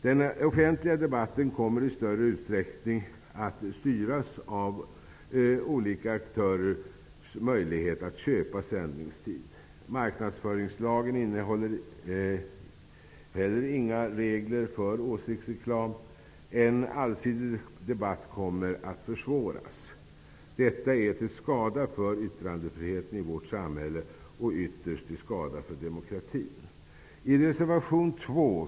Den offentliga debatten kommer i större utsträckning att styras av olika aktörers möjlighet att köpa sändningstid. Marknadsföringslagen innehåller heller inga regler vad gäller åsiktsreklam. En allsidig debatt kommer att försvåras. Detta är till skada för yttrandefriheten i vårt samhälle och ytterst till skada för demokratin.